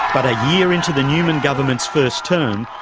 but a year into the newman government's first term,